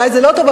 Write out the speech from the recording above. אולי זה לא טוב,